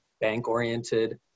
bank-oriented